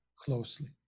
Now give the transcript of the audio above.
closely